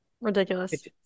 ridiculous